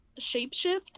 shapeshift